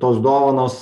tos dovanos